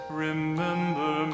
remember